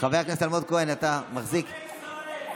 אתה מחזיק, שונא ישראל.